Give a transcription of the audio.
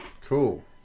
Cool